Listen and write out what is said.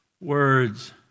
Words